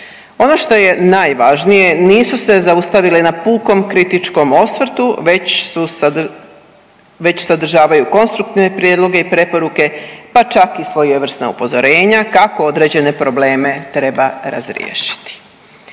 Ono što je najvažnije nisu se zaustavile na pukom kritičkom osvrtu već su, već sadržavaju konstruktivne prijedloge i preporuke pa čak i svojevrsna upozorenja kako određene probleme treba razriješiti.